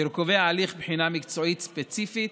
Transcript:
אשר קובע הליך בחינה מקצועית ספציפית